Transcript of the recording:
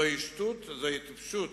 זוהי שטות, זוהי טיפשות,